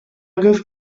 agaibh